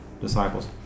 disciples